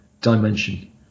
dimension